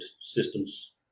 systems